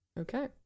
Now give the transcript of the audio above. Okay